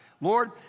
Lord